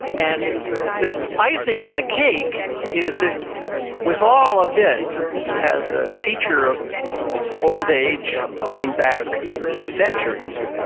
and the icing on the cake is that with all of this as a feature of old old age going back centuries,